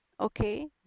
Okay